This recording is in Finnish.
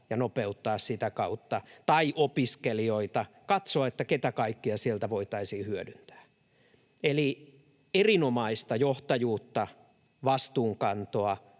ja nopeuttaa sitä kautta. Tai opiskelijoita — katsottaisiin, keitä kaikkia sieltä voitaisiin hyödyntää. Eli erinomaista johtajuutta, vastuunkantoa,